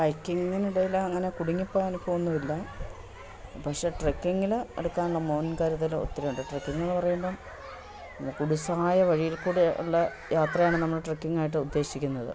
ഹൈക്കിങ്ങിനിടയിലങ്ങനെ കുടുങ്ങിപ്പോകാനിപ്പോഴൊന്നുമില്ല പക്ഷെ ട്രെക്കിങ്ങിൽ എടുക്കാനുള്ള മുൻ കരുതലൊത്തിരിയുണ്ട് ട്രക്കിങ്ങെന്നു പറയുമ്പം കുടുസ്സായ വഴിയിൽ കൂടി ഉള്ള യാത്രയാണ് നമ്മൾ ട്രെക്കിങ്ങായിട്ടുദ്ദേശിക്കുന്നത്